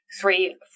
three